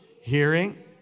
hearing